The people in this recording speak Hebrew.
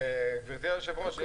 גברתי היושבת-ראש,